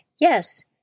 Yes